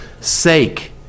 sake